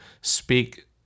speak